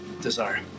desire